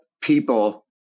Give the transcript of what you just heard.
people